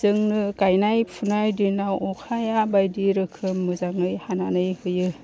जोंनो गायनाय फुनाय दिनाव अखाया बायदि रोखोम मोजाङै हानानै होयो